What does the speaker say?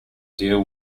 deal